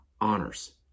honors